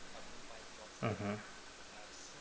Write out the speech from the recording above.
mmhmm